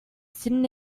sitting